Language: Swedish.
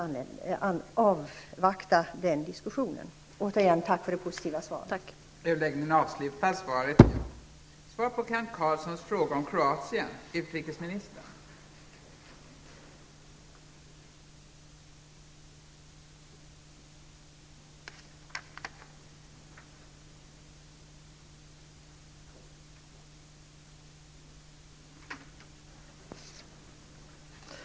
När kommer Sverige att erkänna republiken Slovenien och upprätta diplomatiska förbindelser mellan Sverige och Slovenien?